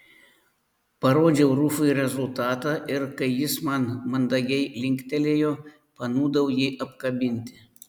parodžiau rufui rezultatą ir kai jis man mandagiai linktelėjo panūdau jį apkabinti